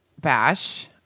Bash